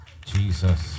Jesus